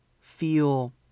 feel